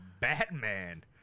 Batman